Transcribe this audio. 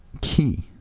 key